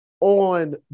on